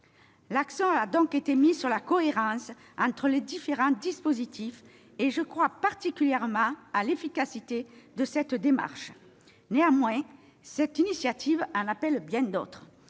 L'accent a donc été mis sur la cohérence entre les différents dispositifs. Je crois particulièrement à l'efficacité de cette démarche. Néanmoins, une telle initiative en appelle bien d'autres.